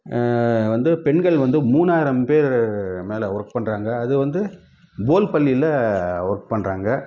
வந்து பெண்கள் வந்து மூணாயிரம் பேர் மேலே ஒர்க் பண்ணுறாங்க அது வந்து போல்லாப்பள்ளியில் ஒர்க் பண்ணுறாங்க